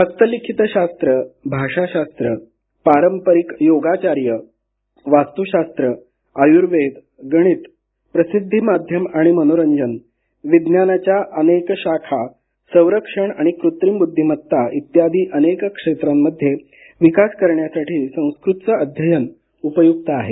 हस्तलिखित शास्त्र भाषा शास्त्र पारंपरिक योगाचार्य वास्तुशास्त्र आयुर्वेद गणित प्रसिद्धी माध्यम आणि मनोरंजन विज्ञानाच्या अनेक शाखा संरक्षण आणि कृत्रिम बुद्धिमत्ता इत्यादी अनेक क्षेत्रांमध्ये विकास करण्यासाठी संस्कृतचे अध्ययन उपयुक्त आहे